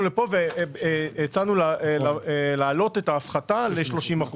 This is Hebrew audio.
לפה והצענו להעלות את ההפחתה ל-30%.